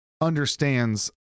understands